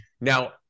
Now